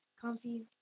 comfy